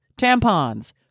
tampons